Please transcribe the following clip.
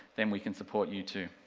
then we can support you too.